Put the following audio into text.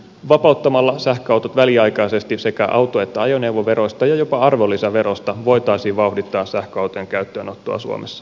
vapauttamalla sähköautot väliaikaisesti sekä auto että ajoneuvoveroista ja jopa arvonlisäverosta voitaisiin vauhdittaa sähköautojen käyttöönottoa suomessa